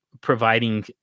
providing